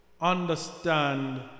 understand